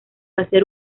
hacer